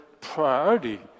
priority